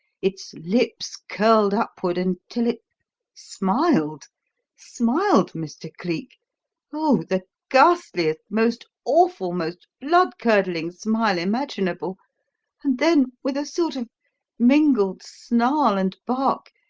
its lips curled upward until it smiled smiled, mr. cleek oh, the ghastliest, most awful, most blood-curdling smile imaginable and then, with a sort of mingled snarl and bark,